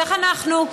איך אנחנו,